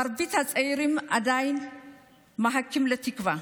מרבית הצעירים עדיין מחכים לתקווה.